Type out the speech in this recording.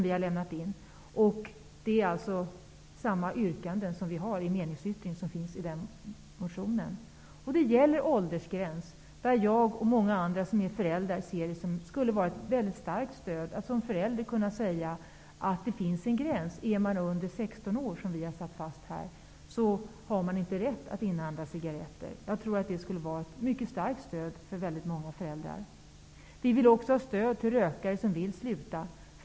Vi har alltså samma yrkanden i meningsyttringen som de som finns i motionen. Åldersgränsen anser jag och många andra som är föräldrar skulle vara ett mycket starkt stöd. Man skulle som förälder kunna säga att det finns en gräns. Är man under 16 år, som vi har lagt fast här, har man inte rätt att inhandla cigaretter. Jag tror att det skulle vara ett mycket starkt stöd för väldigt många föräldrar. Vi vill också ha stöd till rökare som vill sluta.